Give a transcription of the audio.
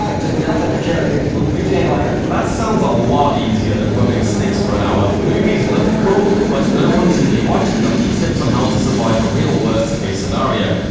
like just nothing. i just carry a big butane lighter. that sounds a lot easier than rubbing sticks for an hour. movies look cool, but no one should be watching them for tips on how to survive a real worst case scenario.